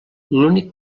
l’únic